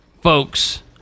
folks